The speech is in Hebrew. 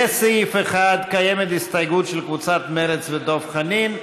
לסעיף 1 קיימת הסתייגות של קבוצת סיעת מרצ ודב חנין,